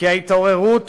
ההתעוררות